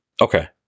Okay